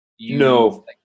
No